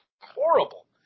horrible